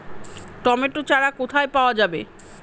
Tomato চারা কোথায় পাওয়া যাবে?